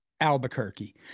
albuquerque